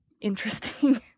interesting